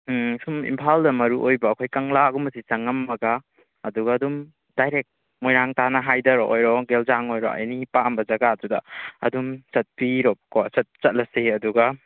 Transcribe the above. ꯎꯝ ꯁꯨꯝ ꯏꯝꯐꯥꯜꯗ ꯃꯔꯨ ꯑꯣꯏꯕ ꯑꯩꯈꯣꯏ ꯀꯪꯂꯥꯒꯨꯝꯕꯁꯤ ꯆꯪꯂꯝꯃꯒ ꯑꯗꯨꯒ ꯑꯗꯨꯝ ꯗꯥꯏꯔꯦꯛ ꯃꯣꯏꯔꯥꯡ ꯇꯥꯟꯅ ꯍꯥꯏꯗꯕ ꯑꯣꯏꯔꯣ ꯒꯦꯜꯖꯥꯡ ꯑꯣꯏꯔꯣ ꯑꯦꯅꯤ ꯑꯄꯥꯝꯕ ꯖꯒꯥꯗꯨꯗ ꯑꯗꯨꯝ ꯆꯠꯄꯤꯔꯣꯀꯣ ꯆꯠꯂꯁꯤ ꯑꯗꯨꯒ